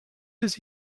trees